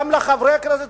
גם לחברי הכנסת,